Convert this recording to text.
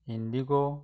indigo